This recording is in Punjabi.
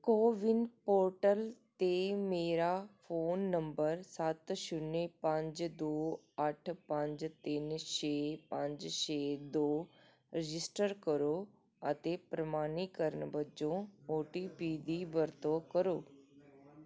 ਕੋਵਿਨ ਪੋਰਟਲ 'ਤੇ ਮੇਰਾ ਫ਼ੋਨ ਨੰਬਰ ਸੱਤ ਛੁਨਿਆ ਪੰਜ ਦੋ ਅੱਠ ਪੰਜ ਤਿੰਨ ਛੇ ਪੰਜ ਛੇ ਦੋ ਰਜਿਸਟਰ ਕਰੋ ਅਤੇ ਪ੍ਰਮਾਣੀਕਰਨ ਵਜੋਂ ਓ ਟੀ ਪੀ ਦੀ ਵਰਤੋਂ ਕਰੋ